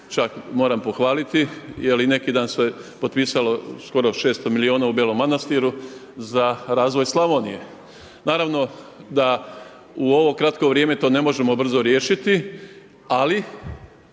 čak moram pohvaliti jer i neki dan se potpisalo skoro 600 milijuna u Belom manastiru za razvoj Slavonije. Naravno da u ovo kratko vrijeme to ne možemo brzo riješiti, ali